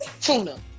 tuna